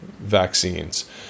vaccines